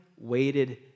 waited